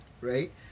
right